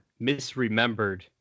misremembered